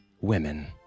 women